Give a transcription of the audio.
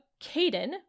Caden